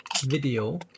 video